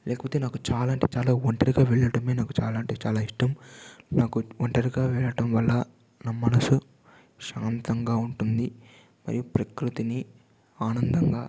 లేకపోతే నాకు చాలా అంటే చాలా ఒంటరిగా వెళ్ళటమే నాకు చాలా అంటే చాలా ఇష్టం నాకు ఒంటరిగా వెళ్ళటం వల్ల నా మనసు శాంతంగా ఉంటుంది మరియు ప్రకృతిని ఆనందంగా